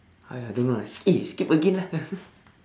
!aiya! don't know lah eh skip again lah